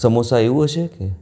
સમોસાં એવું હશે કે